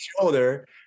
shoulder